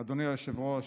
היושב-ראש,